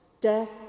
death